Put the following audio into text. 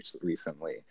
recently